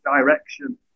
direction